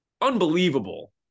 unbelievable